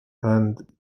and